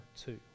two